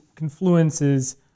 confluences